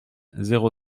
zéro